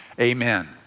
Amen